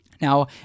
Now